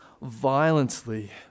violently